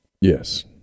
Yes